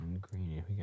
Green